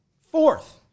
fourth